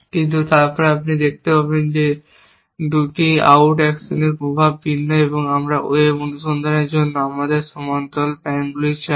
কিন্তু তারপরে আপনি দেখতে পাবেন যে এই 2টি আউট অ্যাকশনের প্রভাব ভিন্ন আমরা ওয়েব অনুসন্ধানের জন্য আমাদের সমান্তরাল প্যানগুলি চাই